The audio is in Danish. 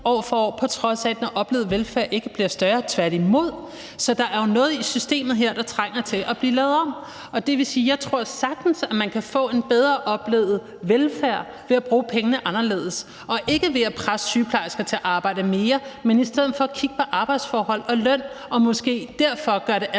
stiger, på trods af at den oplevede velfærd ikke bliver større, tværtimod. Så der er jo noget i systemet her, der trænger til at blive lavet om, og det vil sige, at jeg sagtens tror, at man kan få en bedre oplevet velfærd ved at bruge pengene anderledes og altså ikke ved at presse sygeplejerskerne til at arbejde mere, men i stedet for ved at kigge på arbejdsforholdene og lønnen og måske derfor gøre det